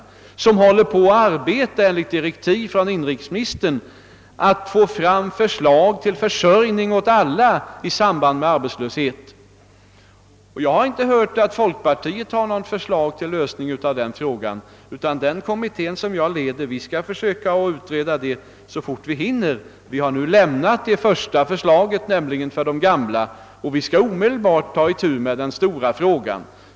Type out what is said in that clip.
Kommittén håller på att arbeta enligt direktiv från inrikesministern för att få fram förslag till försörjning åt alla i samband med arbetslöshet. Jag har inte hört att folkpartiet har något eget förslag till lösning av det problemet, utan den kommitté som jag leder skall försöka utreda det så fort vi hinner. Vi har nu avlämnat det första förslaget, nämligen för de gamla, och vi skall omedelbart ta itu med den stora frågan.